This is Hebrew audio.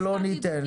לא ניתן,